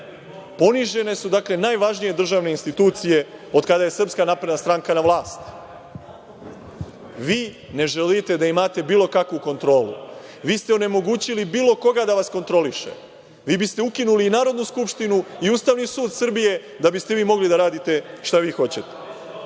Ponižene su, dakle, najvažnije državne institucije od kada je SNS na vlasti. Vi ne želite da imate bilo kakvu kontrolu. Vi ste onemogućili bilo koga da vas kontroliše. Vi biste ukinuli i Narodnu skupštinu i Ustavni sud Srbije, da biste vi mogli da radite šta vi hoćete.S